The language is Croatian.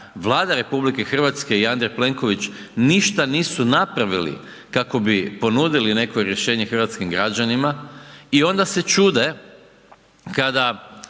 Vlada RH i Andrej Plenković ništa nisu napravili kako bi ponudili neko rješenje hrvatskim građanima i onda se čude kada